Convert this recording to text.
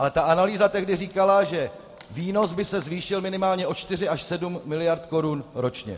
Ale ta analýza tehdy říkala, že výnos by se zvýšil minimálně o čtyři až sedm miliard korun ročně.